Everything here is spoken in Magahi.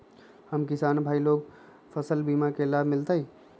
हम किसान भाई लोग फसल बीमा के लाभ मिलतई?